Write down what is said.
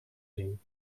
zien